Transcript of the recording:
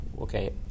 Okay